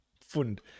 fund